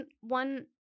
one –